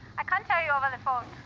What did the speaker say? i can't tell you over the phone.